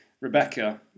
Rebecca